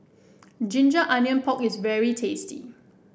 Ginger Onions Pork is very tasty